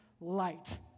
light